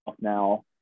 now